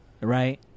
right